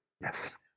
Yes